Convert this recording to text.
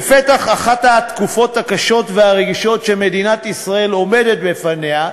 בפתח אחת התקופות הקשות והרגישות שמדינת ישראל עומדת בפניה,